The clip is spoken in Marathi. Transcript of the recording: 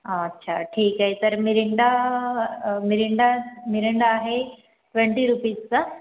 अच्छा ठीक आहे तर मिरिंडा मिरिंडा मिरिंडा आहे ट्वेंटी रुपीजचा